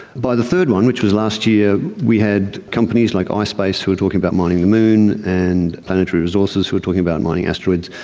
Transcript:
by the third one, which was last year, we had companies like um ispace who were talking about mining the moon, and planetary resources who were talking about mining asteroids,